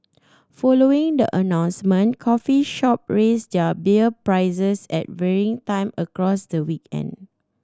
following the announcement coffee shop raised their beer prices at varying time across the weekend